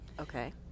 Okay